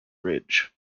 ridge